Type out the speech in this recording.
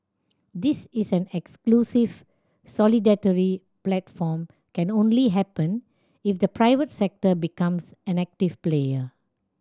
this is an exclusive solidarity platform can only happen if the private sector becomes an active player